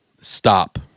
Stop